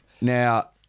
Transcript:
Now